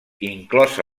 inclosa